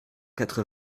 quatre